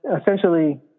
essentially